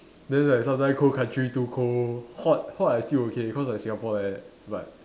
then like sometimes cold country too cold hot hot I still okay cause like Singapore like that but